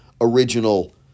original